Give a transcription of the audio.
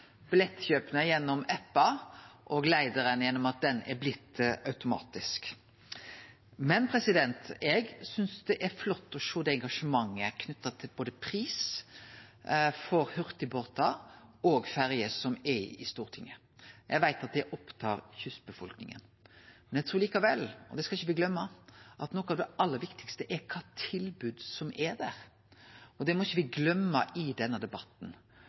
billettkjøpa gjennom appar og leideren gjennom at han er blitt automatisk. Men eg synest det er flott å sjå det engasjementet som er i Stortinget knytt til pris for både hurtigbåtar og ferjer. Eg veit at det opptar kystbefolkninga. Likevel trur eg – og dette skal me ikkje gløyme – at noko av det aller viktigaste er kva tilbod som er der. Det må me ikkje gløyme i denne debatten,